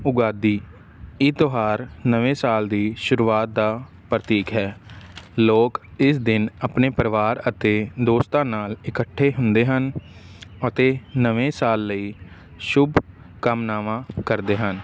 ਉਗਾਦੀ ਇਹ ਤਿਉਹਾਰ ਨਵੇਂ ਸਾਲ ਦੀ ਸ਼ੁਰੂਆਤ ਦਾ ਪ੍ਰਤੀਕ ਹੈ ਲੋਕ ਇਸ ਦਿਨ ਆਪਣੇ ਪਰਿਵਾਰ ਅਤੇ ਦੋਸਤਾਂ ਨਾਲ ਇਕੱਠੇ ਹੁੰਦੇ ਹਨ ਅਤੇ ਨਵੇਂ ਸਾਲ ਲਈ ਸ਼ੁਭਕਾਮਨਾਵਾਂ ਕਰਦੇ ਹਨ